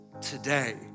today